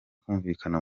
kumvikana